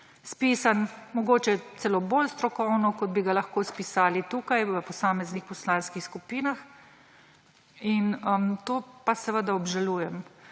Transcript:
spisan mogoče celo bolj strokovno, kot bi ga lahko spisali tukaj v posameznih poslanskih skupinah. To pa seveda obžalujem,